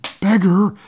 beggar